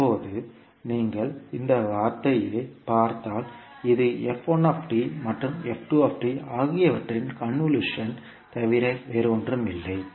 இப்போது நீங்கள் இந்த வார்த்தையைப் பார்த்தால் இது மற்றும் ஆகியவற்றின் கன்வொல்யூஷன் தவிர வேறில்லை